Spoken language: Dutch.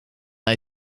hij